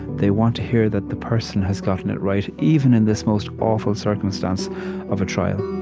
they want to hear that the person has gotten it right, even in this most awful circumstance of a trial